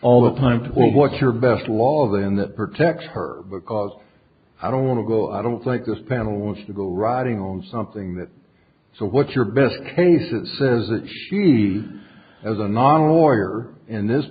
all the time what's your best law then that protect her because i don't want to go i don't think this panel wants to go riding on something that so what's your best case it says that she as a non a lawyer in this